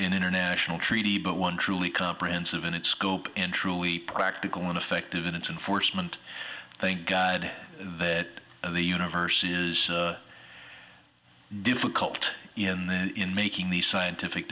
an international treaty but one truly comprehensive in its scope in truly practical and effective in its enforcement thank god that the universe is difficult in the in making these scientific